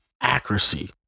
accuracy